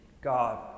God